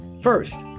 first